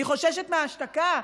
אני חוששת מהשתקה.